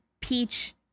peach